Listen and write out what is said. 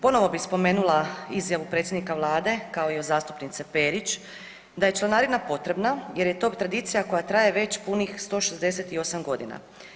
Ponovo bih spomenula izjavu predsjednika Vlade kao i od zastupnice Perić da je članarina potrebna jer je to tradicija koja traje već punih 168 godina.